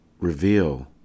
reveal